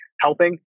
helping